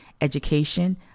education